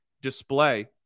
display